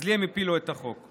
אז לי הם הפילו את החוק.